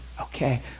Okay